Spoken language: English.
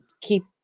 keep